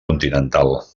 continental